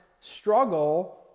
struggle